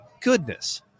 goodness